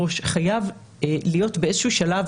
חייבת להיות עצירה באיזשהו שלב,